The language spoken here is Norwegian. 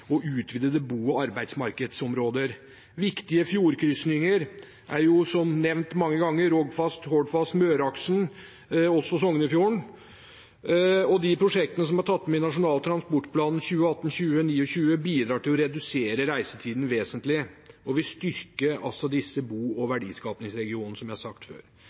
og utvidede bo- og arbeidsmarkedsområder. Viktige fjordkrysninger er, som nevnt mange ganger, Rogfast, Hordfast og Møreaksen, og også Sognefjorden. De prosjektene som er tatt med i Nasjonal transportplan 2018–2029, bidrar til å redusere reisetiden vesentlig og vil styrke disse bo- og verdiskapingsregionene, som jeg har sagt før.